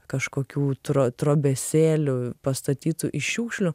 kažkokių tro trobesėlių pastatytų iš šiukšlių